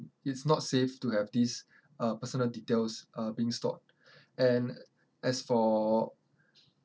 it's not safe to have these uh personal details uh being stored and as for